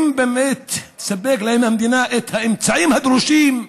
אם באמת תספק להם המדינה את האמצעים הדרושים,